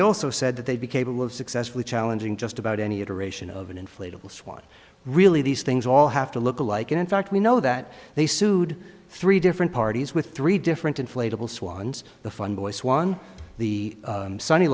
they also said that they'd be capable of successfully challenging just about any iteration of an inflatable swan really these things all have to look alike in fact we know that they sued three different parties with three different inflatable swans the fun boy swan the sunny